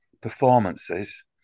performances